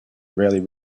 rarely